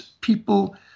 people